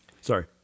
Sorry